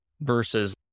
versus